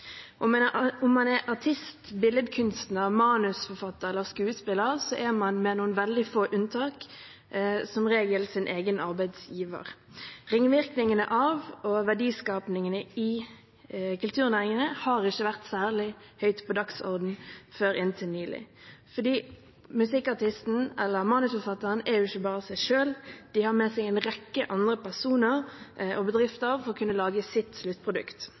Om man er artist, billedkunstner, manusforfatter eller skuespiller, er man, med noen veldig få unntak, som regel sin egen arbeidsgiver. Ringvirkningene av og verdiskapingen i kulturnæringene har ikke vært særlig høyt på dagsordenen før inntil nylig. Musikkartisten eller manusforfatteren er ikke bare seg selv, de har med seg en rekke andre personer og bedrifter for å kunne lage sitt sluttprodukt.